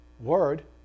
word